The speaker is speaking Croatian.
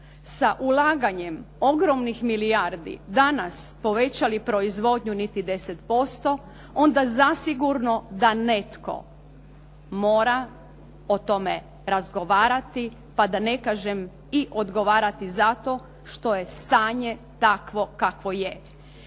sa ulaganjem ogromnih milijardi danas povećali proizvodnju niti 10%, onda zasigurno da netko mora o tome razgovarati, pa da ne kažem i odgovarati za to što je stanje takvo kakvo je.